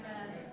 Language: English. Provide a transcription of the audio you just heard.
Amen